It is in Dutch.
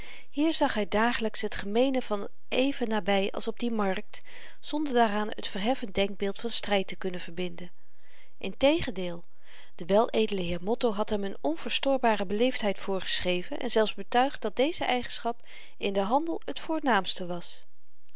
hier zag hy dagelyks het gemeene van even naby als op die markt zonder daaraan t verheffend denkbeeld van stryd te kunnen verbinden integendeel de weledele heer motto had hem n onverstoorbare beleefdheid voorgeschreven en zelfs betuigd dat deze eigenschap in den handel t voornaamste was